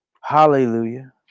Hallelujah